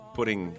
putting